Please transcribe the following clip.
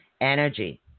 Energy